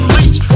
Leach